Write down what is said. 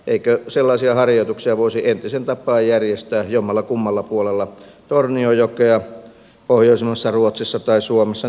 eikö sellaisia harjoituksia voisi entiseen tapaan järjestää jommallakummalla puolella tornionjokea pohjoisimmassa ruotsissa tai suomessa niin kuin tähän asti on tehty